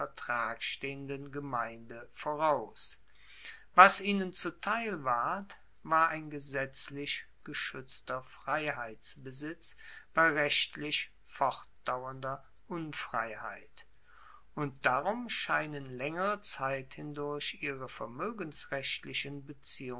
vertrag stehenden gemeinde voraus was ihnen zuteil ward war ein gesetzlich geschuetzter freiheitsbesitz bei rechtlich fortdauernder unfreiheit und darum scheinen laengere zeit hindurch ihre